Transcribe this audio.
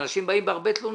אנשים באים בהרבה תלונות.